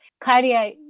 Claudia